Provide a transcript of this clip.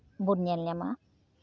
ᱵᱚᱱ ᱧᱮᱞ ᱧᱟᱢᱟ